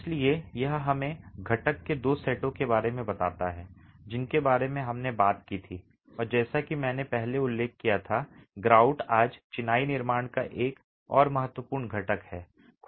इसलिए यह हमें घटक के दो सेटों के बारे में बताता है जिनके बारे में हमने बात की थी और जैसा कि मैंने पहले उल्लेख किया था ग्राउट आज चिनाई निर्माण का एक और महत्वपूर्ण घटक है